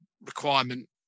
requirement